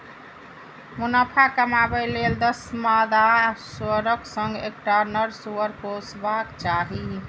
मुनाफा कमाबै लेल दस मादा सुअरक संग एकटा नर सुअर पोसबाक चाही